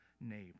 neighbor